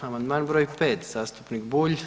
Amandman br. 5 zastupnik Bulj.